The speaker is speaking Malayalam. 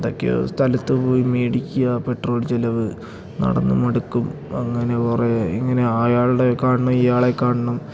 എന്തൊക്കെയോ സ്ഥലത്തു പോയി മേടിക്കുക പെട്രോൾ ചിലവ് നടന്ന് മടുക്കും അങ്ങനെ കുറേ ഇങ്ങനെ അയാളെ കാണണം ഇയാളെ കാണണം